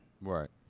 right